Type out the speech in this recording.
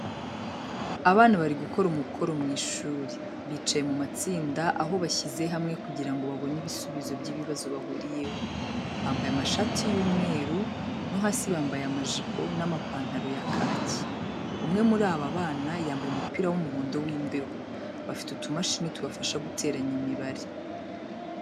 Abana bari gukora umukoro mu ishuri, bicaye mu matsinda aho bashize hamwe kugira babone ibisubizo by'ibibazo bahuriyeho, bambaye amashati y'umweru no hasi bambaye amajipo n'amapantaro ya kaki, umwe muri aba bana yambaye umupira w'umuhondo w'imbeho, bafite utumashini tubafasha guteranya imibare.